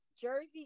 Jersey